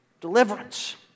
Deliverance